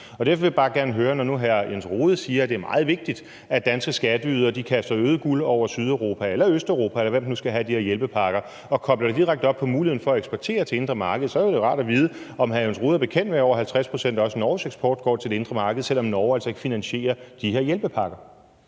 Og derfor ville det være rart at vide, når nu hr. Jens Rohde siger, at det er meget vigtigt, at danske skatteydere kaster guld over Sydeuropa eller Østeuropa, eller hvem der nu skal have de her hjælpepakker, og kobler det direkte op på muligheden for at eksportere til det indre marked, om hr. Jens Rohde er bekendt med, at over 50 pct. af også Norges eksport går til det indre marked, selv om Norge altså ikke finansierer de her hjælpepakker.